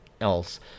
else